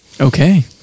Okay